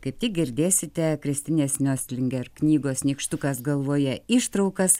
kaip tik girdėsite kristinės niostlinger knygos nykštukas galvoje ištraukas